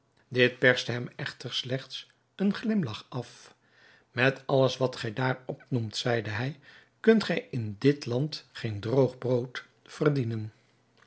dit perste hem echter slechts een glimlach af met alles wat gij daar opnoemt zeide hij kunt gij in dit land geen droog brood verdienen